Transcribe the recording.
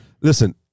listen